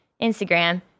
Instagram